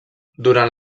durant